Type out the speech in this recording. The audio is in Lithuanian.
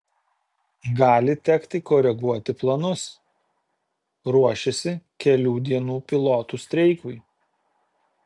gali tekti koreguoti planus ruošiasi kelių dienų pilotų streikui